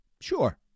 Sure